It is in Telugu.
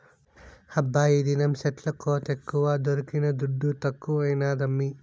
హబ్బా ఈదినం సెట్ల కోతెక్కువ దొరికిన దుడ్డు తక్కువైనాదమ్మీ